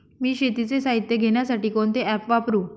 मी शेतीचे साहित्य घेण्यासाठी कोणते ॲप वापरु?